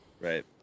right